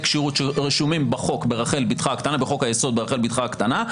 כשירות רשומים בחוק היסוד ברחל בתך הקטנה.